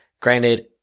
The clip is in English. granted